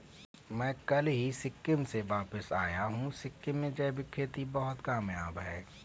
मैं कल ही सिक्किम से वापस आया हूं सिक्किम में जैविक खेती बहुत कामयाब है